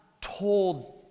told